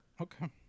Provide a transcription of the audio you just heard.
Okay